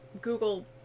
Google